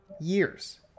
years